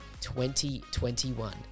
2021